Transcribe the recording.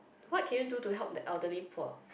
what can you do to help the elderly poor